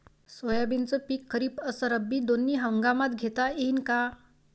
सोयाबीनचं पिक खरीप अस रब्बी दोनी हंगामात घेता येईन का?